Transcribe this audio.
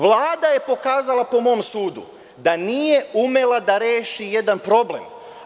Vlada je pokazala, po mom sudu, da nije umela da reši jedan problem.